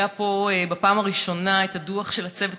מציגה פה בפעם הראשונה את הדוח של הצוות